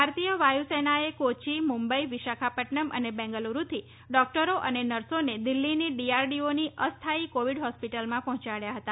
ભારતીય વાયુસેનાએ કોચી મુંબઇ વિશાખાપદનમ અને બેંગાલુરુથી ડોકટરો અને નર્સોને દિલ્ફીની ડીઆરડીઓની અસ્થાયી કોવિડ હોસ્પિટલમાં પોહ્યાડ્યા હતા